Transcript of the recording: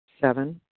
Seven